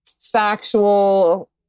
factual